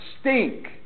stink